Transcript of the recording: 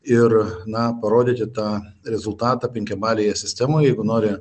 ir na parodyti tą rezultatą penkiabalėje sistemoje jeigu nori